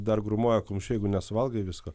dar grūmoja kumščiu jeigu nesuvalgai visko